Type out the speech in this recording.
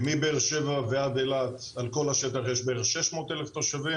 מבאר שבע ועד אילת על כל השטח יש בערך אלף שש מאות תושבים,